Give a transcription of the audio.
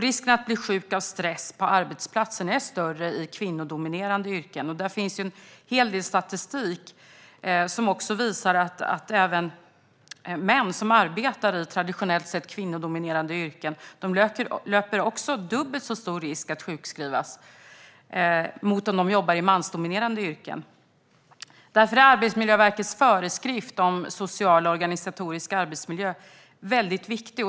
Risken att bli sjuk av stress på arbetsplatsen är större i kvinnodominerade yrken. Det finns en hel del statistik som visar att även män som arbetar i traditionellt sett kvinnodominerade yrken drabbas - de löper dubbelt så stor risk att sjukskrivas som män som arbetar i mansdominerade yrken. Därför är Arbetsmiljöverkets föreskrift om social och organisatorisk arbetsmiljö väldigt viktig.